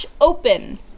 open